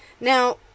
Now